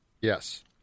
Yes